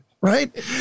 right